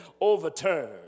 overturned